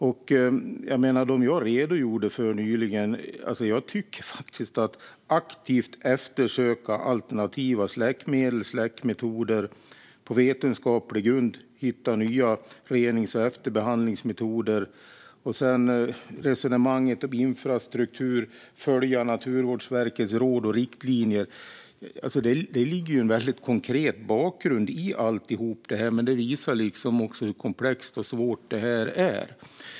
När det gäller det jag redogjorde för nyligen - att aktivt eftersöka alternativa släckmedel och släckmetoder och att på vetenskaplig grund hitta nya renings och efterbehandlingsmetoder, samt resonemanget om infrastruktur och att följa Naturvårdsverkets råd och riktlinjer - tycker jag faktiskt att det ligger en väldigt konkret bakgrund i allt detta. Men det visar också hur komplext och svårt det här är.